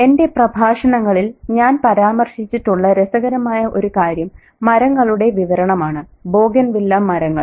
ഇവിടെ എന്റെ പ്രഭാഷണങ്ങളിൽ ഞാൻ പരാമർശിച്ചിട്ടുള്ള രസകരമായ ഒരു കാര്യം മരങ്ങളുടെ വിവരണമാണ് ബോഗൻവില്ല മരങ്ങൾ